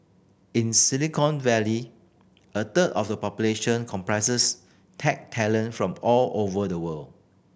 in Silicon Valley a third of the population comprises tech talent from all over the world